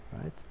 right